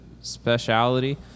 speciality